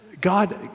God